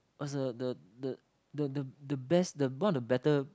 was a the the the the the best the one of better